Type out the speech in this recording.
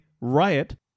riot